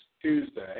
Tuesday